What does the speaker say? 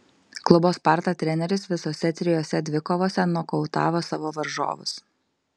klubo sparta treneris visose trijose dvikovose nokautavo savo varžovus